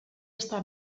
estar